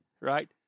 right